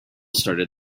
started